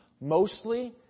Mostly